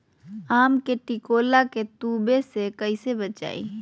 आम के टिकोला के तुवे से कैसे बचाई?